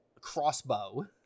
crossbow